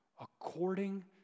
according